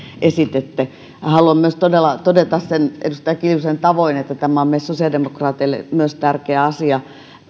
esititte haluan todella todeta edustaja kiljusen tavoin myös sen että tämä on meille sosiaalidemokraateille tärkeä asia